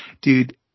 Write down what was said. dude